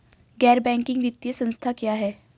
गैर बैंकिंग वित्तीय संस्था क्या है?